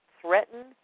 threaten